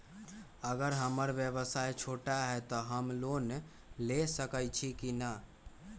अगर हमर व्यवसाय छोटा है त हम लोन ले सकईछी की न?